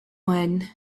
when